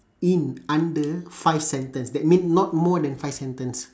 in under five sentence that mean not more than five sentence